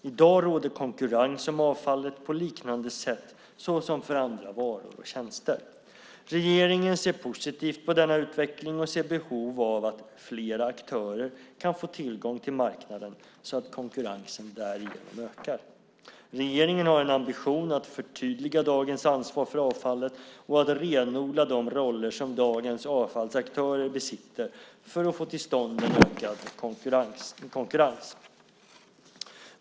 I dag råder konkurrens om avfallet på liknande sätt såsom för andra varor och tjänster. Regeringen ser positivt på denna utveckling och ser behov av att flera aktörer kan få tillgång till marknaden så att konkurrensen därigenom ökar. Regeringen har en ambition att förtydliga dagens ansvar för avfallet och att renodla de roller som dagens avfallsaktörer besitter för att få till stånd en ökad konkurrens.